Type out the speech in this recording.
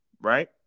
right